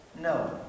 No